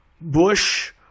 Bush